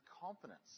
confidence